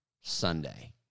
Sunday